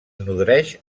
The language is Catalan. nodreix